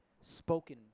spoken